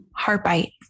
heartbite